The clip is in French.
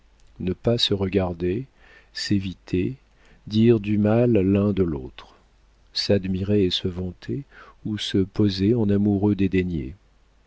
ne pas se regarder s'éviter dire du mal l'un de l'autre s'admirer et se vanter ou se poser en amoureux